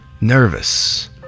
nervous